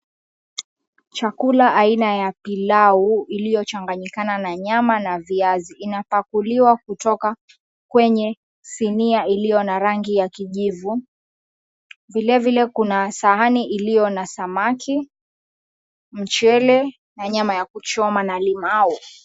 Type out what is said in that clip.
Chakula aina ya pilau iliyochanganyikana na nyama na viazi, inapakuliwa kutoka kwenye sinia iliyo na rangi ya kijivu. Vilevile kuna sahani iliyo na samaki, mchele na nyama ya kuchoma na limau.